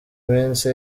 minsi